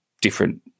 different